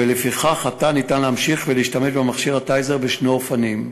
ולפיכך עתה אפשר להמשיך להשתמש במכשיר ה"טייזר" בשני אופנים: